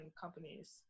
companies